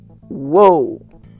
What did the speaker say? whoa